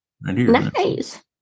Nice